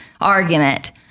argument